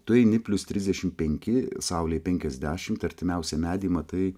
tu eini plius trisdešim penki saulėj penkiasdešimt artimiausią medį matai